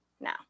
now